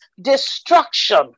destruction